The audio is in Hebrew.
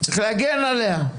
צריך להגן עליה.